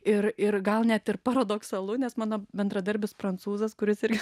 ir ir gal net ir paradoksalu nes mano bendradarbis prancūzas kuris irgi